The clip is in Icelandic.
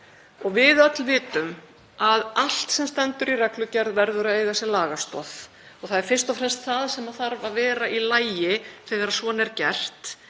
Við vitum að allt sem stendur í reglugerð verður að eiga sér lagastoð og það er fyrst og fremst það sem þarf að vera í lagi þegar svona er gert.